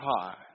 high